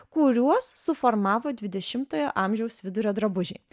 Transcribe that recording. kuriuos suformavo dvidešimojo amžiaus vidurio drabužiai